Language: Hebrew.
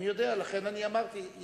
אני יודע, לכן אמרתי,